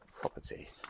property